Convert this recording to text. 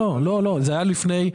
זה היה לפני.